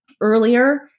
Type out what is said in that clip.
earlier